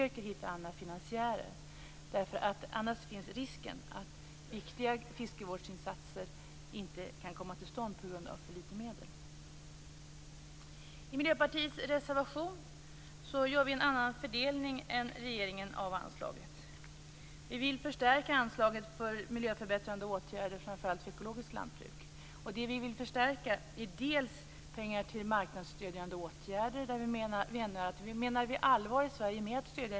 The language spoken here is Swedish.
Annars finns det risk för att viktiga fiskevårdsinsatser inte kan komma till stånd på grund av för lite medel.